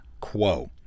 Quo